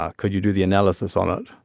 um could you do the analysis on it?